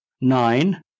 Nine